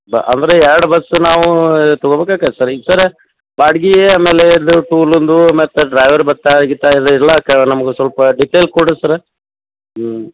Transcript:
ಪ ಅಂದರೆ ಎರಡು ಬಸ್ ನಾವು ತಗೋಬೇಕಾಕೈತಿ ಸರ ಈ ಥರ ಬಾಡ್ಗಿ ಆಮೇಲೆ ಅದು ಟೂಲೊಂದು ಮತ್ತು ಡ್ರೈವರ್ ಬತ್ತಾ ಗಿತ್ತಾ ಎಲ್ಲಾ ಇರ್ಲಾಕ ನಮಗೂ ಸ್ವಲ್ಪ ಡಿಟೈಲ್ ಕೊಡ್ರಿ ಸರ್ ಹ್ಞೂ